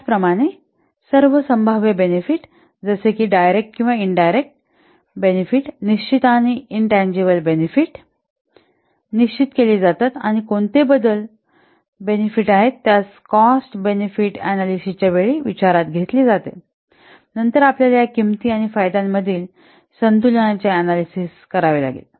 त्याचप्रमाणे सर्व संभाव्य बेनेफिट जसे की डायरेक्ट किंवा इनडायरेक्ट बेनेफिट निश्चित आणि इनटँजिबल बेनेफिट निश्चित केले जातात आणि कोणते बदल बेनेफिट आहेत त्यास कॉस्ट बेनेफिट अनॅलिसिसच्या वेळी विचारात घेतले पाहिजे नंतर आपल्याला या किंमती आणि फायद्यांमधील संतुलनाचे अनॅलिसिस करावे लागेल